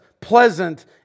pleasant